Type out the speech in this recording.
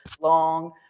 long